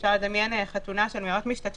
אפשר לדמיין חתונה של מאות משתתפים,